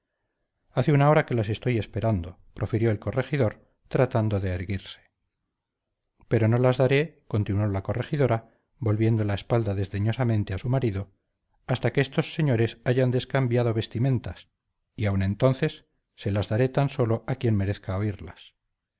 hace una hora que las estoy esperando profirió el corregidor tratando de erguirse pero no las daré continuó la corregidora volviendo la espalda desdeñosamente a su marido hasta que esos señores hayan descambiado vestimentas y aún entonces se las daré tan sólo a quien merezca